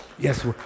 Yes